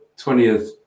20th